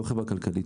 לא חברה כלכלית,